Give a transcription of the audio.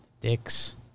Dicks